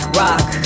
rock